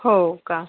हो का